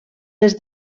des